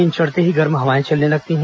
दिन चढ़ते ही गर्म हवाएं चलने लगती हैं